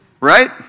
Right